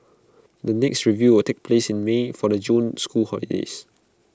the next review will take place in may for the June school holidays